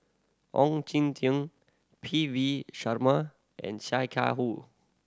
Ong Jin Teong P V Sharma and Sia Kah Hui